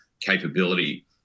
capability